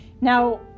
Now